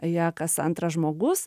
ja kas antras žmogus